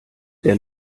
der